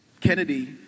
Kennedy